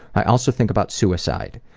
i also think about suicide.